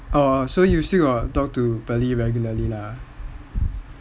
oh so you still got talk to pearly regularly lah